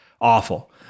awful